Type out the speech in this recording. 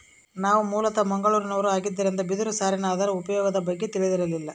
ನಾವು ಮೂಲತಃ ಮಂಗಳೂರಿನವರು ಆಗಿದ್ದರಿಂದ ಬಿದಿರು ಸಾರಿನ ಅದರ ಉಪಯೋಗದ ಬಗ್ಗೆ ತಿಳಿದಿರಲಿಲ್ಲ